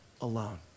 alone